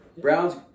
Browns